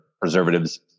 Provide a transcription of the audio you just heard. preservatives